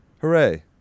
Hooray